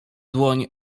dłoń